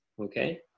okay